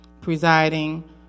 presiding